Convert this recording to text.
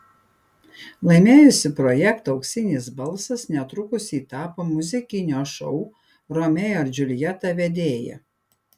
laimėjusi projektą auksinis balsas netrukus ji tapo muzikinio šou romeo ir džiuljeta vedėja